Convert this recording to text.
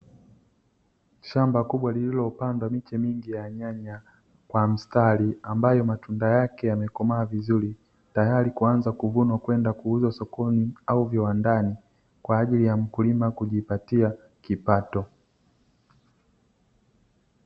Shamba kubwa lilopandwa miche mingi ya nyanya kwa mstari, ambayo matunda yake yamekomaa vizuri tayari kuanza kuvunwa kwenda kuanza kuuzwa sokoni au viwandani kwa ajili ya mkulima kujipatia kipato.